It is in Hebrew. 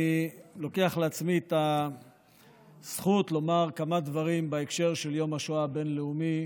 אני לוקח לעצמי את הזכות לומר כמה דברים בהקשר של יום השואה הבין-לאומי,